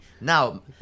Now